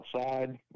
outside